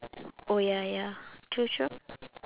oh ya ya true sure